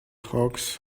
hawks